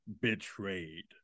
Betrayed